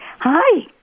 Hi